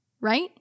right